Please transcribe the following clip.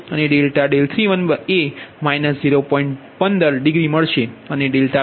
3 degree મળશે અને ∆δ31 એ 0